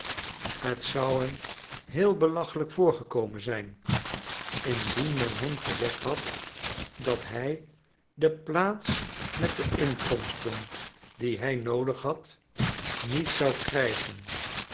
het zou hem heel belachelijk voorgekomen zijn indien men hem gezegd had dat hij de plaats met de inkomsten die hij noodig had niet zou krijgen